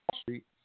Street